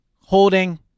holding